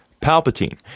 Palpatine